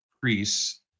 priests